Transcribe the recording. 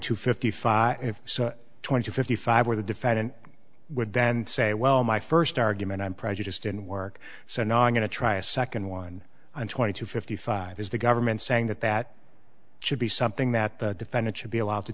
to fifty five and if so twenty to fifty five where the defendant would then say well my first argument i'm prejudiced didn't work so now i'm going to try a second one and twenty two fifty five is the government saying that that should be something that the defendant should be allowed to